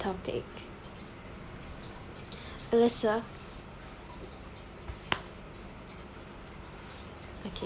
topic elisa okay